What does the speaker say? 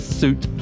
suit